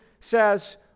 says